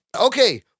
okay